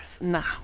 Now